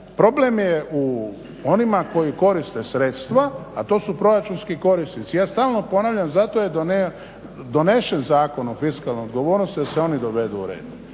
problem je u onima koji koriste sredstva, a to su proračunski korisnici. Ja stalno ponavljam zato je donesen Zakon o fiskalnoj odgovornosti da se oni dovedu u red.